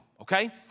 okay